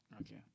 okay